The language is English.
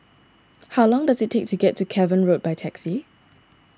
how long does it take to get to Cavan Road by taxi